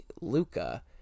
Luca